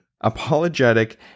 apologetic